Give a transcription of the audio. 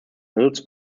hills